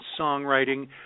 songwriting